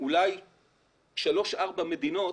אולי שלוש-ארבע מדינות